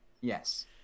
Yes